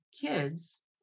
kids